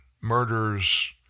murders